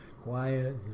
quiet